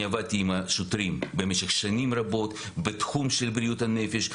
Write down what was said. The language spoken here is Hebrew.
אני עבדתי עם שוטרים במשך שנים רבות בתחום של בריאות הנפש.